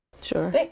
Sure